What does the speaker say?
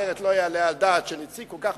כי אחרת לא יעלה על הדעת שנציג כל כך